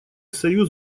союз